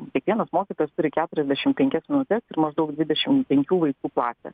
kiekvienas mokytojas turi keturiasdešim penkias minutes ir maždaug dvidešim penkių vaikų klasę